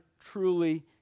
truly